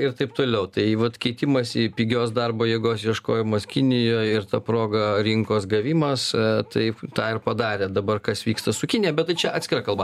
ir taip toliau tai vat keitimas į pigios darbo jėgos ieškojimas kinijoj ir ta proga rinkos gavimas taip tą ir padarė dabar kas vyksta su kinija bet tai čia atskira kalba